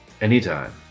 Anytime